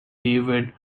david